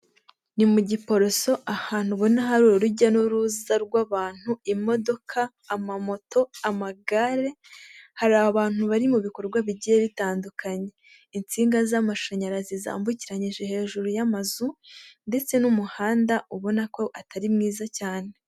Ni mu Giporoso, ahantu ubona hari urujya n'uruza rw'abantu, imodoka, amamoto, amagare, hari abantu bari mu bikorwa bigiye bitandukanye, insinga z'amashanyarazi zambukiranyije hejuru y'amazu ndetse n'umuhanda ubona ko atari mwiza cyane.